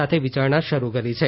સાથે વિચારણા શરૂ કરી છે